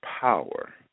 power